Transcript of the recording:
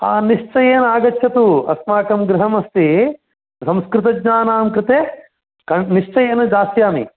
निश्चयेन आगच्छतु अस्माकं गृहमस्ति संस्कृतज्ञानां कृते निश्चयेन दास्यामि